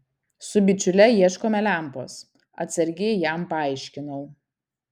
su bičiule ieškome lempos atsargiai jam paaiškinau